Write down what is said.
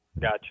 Gotcha